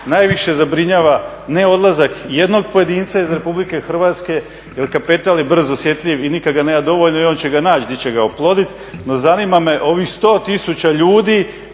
najviše zabrinjava ne odlazak jednog pojedinca iz Republike Hrvatske, jer kapital je brz i osjetljiv i nikad ga nema dovoljna, i on će ga naći di će ga oploditi. No zanima me ovih 100 tisuća ljudi